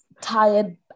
tired